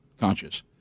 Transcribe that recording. conscious